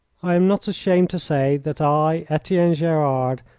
i am not ashamed to say that i, etienne gerard,